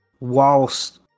whilst